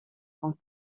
quant